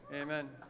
Amen